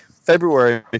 February